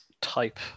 type